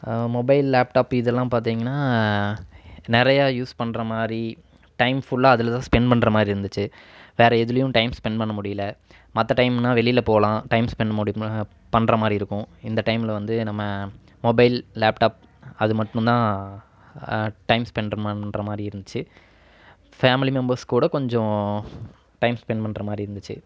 mobile laptop இதெல்லாம் பார்த்திங்கன்னா நிறையா யூஸ் பண்ணுற மாதிரி டைம் ஃபுல்லாக அதில்தான் ஸ்பெண்ட் பண்ணுற மாதிரி இருந்துச்சு வேறு எதிலையும் டைம் ஸ்பெண்ட் பண்ண முடியலை மற்ற டைம்னால் வெளியில் போகலாம் டைம் ஸ்பெண்ட் முடி பண்ணுற மாதிரி இருக்கும் இந்த டைமில் வந்து நம்ம மொபைல் லேப்டாப் அது மட்டும்தான் டைம் ஸ்பெண்ட் பண்ணுற மாதிரி இருந்துச்சு ஃபேமிலி மெம்பர்ஸ் கூட கொஞ்சம் டைம் ஸ்பெண்ட் பண்ணுற மாதிரி இருந்துச்சு